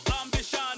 ambition